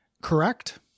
Correct